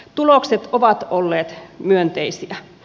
tulokset ovat olleet myönteisiä